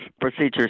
procedures